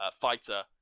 fighter